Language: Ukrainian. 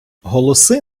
голоси